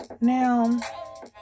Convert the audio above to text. Now